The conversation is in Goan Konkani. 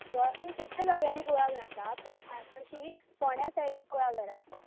गोंयांत खुबश्या जाग्यांनी कुळागरां आसात पूण ज्यास्तशीं फोंड्यां सायडीक कुळागरां आसात